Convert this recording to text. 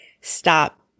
stop